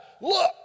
look